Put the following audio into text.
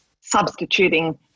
substituting